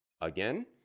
again